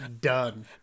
done